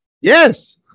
Yes